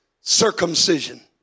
circumcision